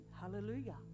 Hallelujah